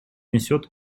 несет